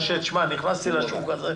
נכנסתי לשוק הזה,